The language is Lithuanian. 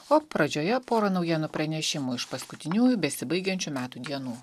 o pradžioje pora naujienų pranešimų iš paskutiniųjų besibaigiančių metų dienų